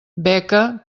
beca